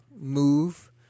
move